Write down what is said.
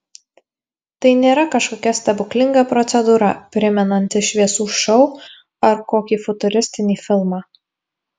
tai nėra kažkokia stebuklinga procedūra primenanti šviesų šou ar kokį futuristinį filmą